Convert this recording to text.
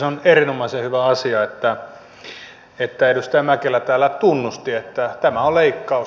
on erinomaisen hyvä asia että edustaja mäkelä täällä tunnusti että tämä on leikkaus